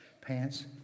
pants